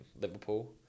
Liverpool